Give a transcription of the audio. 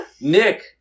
Nick